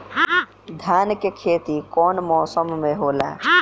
धान के खेती कवन मौसम में होला?